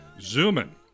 Zooming